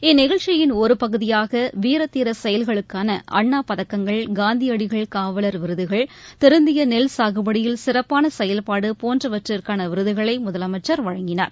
இந்நிகழ்ச்சியின் ஒருபகுதியாக வீர தீர செயல்களுக்கான அண்ணா பதக்கங்கள் காந்தியடிகள் காவலர் விருதுகள் திருந்திய நெல்சாகுபடியில் சிறப்பான செயல்பாடு போன்றவற்றிற்கான விருதுகளை முதலமைச்சர் வழங்கினார்